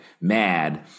mad